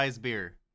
beer